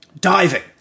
Diving